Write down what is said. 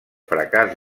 fracàs